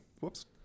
Whoops